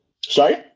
sorry